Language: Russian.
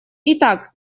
итак